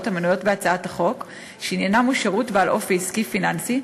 המנויות בהצעת החוק שעניינן הוא שירות בעל אופי עסקי פיננסי,